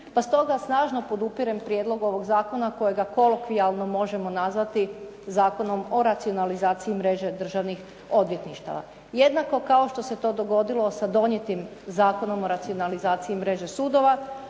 pa stoga snažno podupirem prijedlog ovog zakona kojeg kolokvijalno možemo nazvati Zakonom o racionalizaciji mreže državnih odvjetništava. Jednako kao što se to dogodilo sa donijetim Zakonom o racionalizaciji mreže sudova.